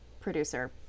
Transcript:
producer